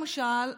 למשל,